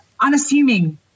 unassuming